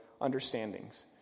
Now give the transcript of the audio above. understandings